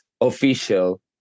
official